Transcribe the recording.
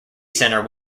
center